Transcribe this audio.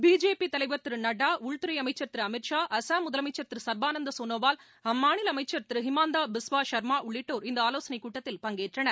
பிஜேபிதலைவர் திருநட்டா உள்துறைஅமைச்சர் திருஅமித் ஷா முதலமைச்சர் திருசர்பானந்தசோனாவால் அம்மாநிலஅமைச்சர் அசாம் திருஹிமாந்தாபிஸ்வா ஷர்மாஉள்ளிட்டோர் இந்தஆலோசனைக் கூட்டத்தில் பங்கேற்றனர்